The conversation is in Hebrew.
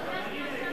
נחמן,